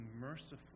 merciful